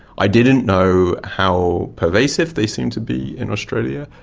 i didn't know how pervasive they seemed to be in australia.